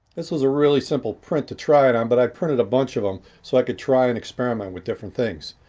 this was a really simple print to try it on but i printed a bunch of them so i could try and experiment with different things.